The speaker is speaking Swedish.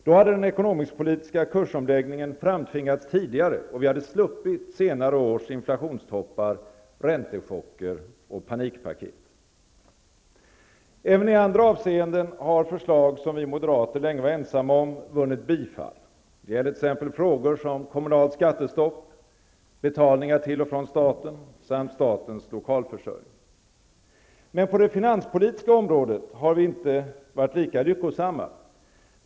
Då hade den ekonomisk-politiska kursomläggningen framtvingats tidigare, och vi hade sluppit senare års inflationstoppar, räntechocker och panikpaket. Även i andra avseenden har förslag som vi moderater länge var ensamma om vunnit bifall. Det gäller t.ex. frågor som kommunalt skattestopp, betalningar till och från staten samt statens lokalförsörjning. Men på det finanspolitiska området har vi inte varit lika lyckosamma.